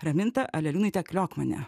ramintą aleliūnaitę kliokmanę